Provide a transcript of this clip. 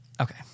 Okay